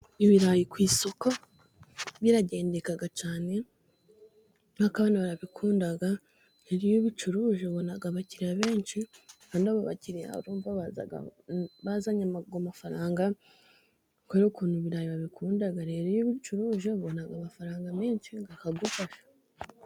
Ibirayi ku isoko biragendeka cyane, kubera ko abantu barabikunda, rero iyo ubicuruje ubona abakiriya benshi, kandi abo bakiriya urumva baza bazanye ayo amafaranga, kubera ukuntu ibirayi babikunda, rero iyo ubicuruje, ubona amafaranga menshi akagufasha.